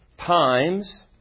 times